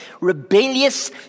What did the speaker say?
rebellious